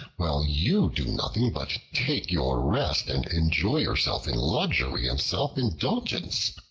while you do nothing but take your rest, and enjoy yourself in luxury and self-indulgence?